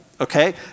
okay